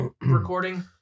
recording